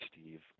Steve